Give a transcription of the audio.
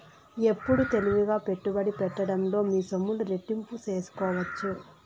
ఎప్పుడు తెలివిగా పెట్టుబడి పెట్టడంలో మీ సొమ్ములు రెట్టింపు సేసుకోవచ్చు